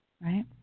right